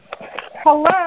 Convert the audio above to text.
Hello